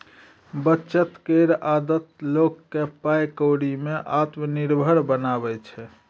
बचत केर आदत लोक केँ पाइ कौड़ी में आत्मनिर्भर बनाबै छै